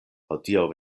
hodiaŭ